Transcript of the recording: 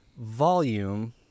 volume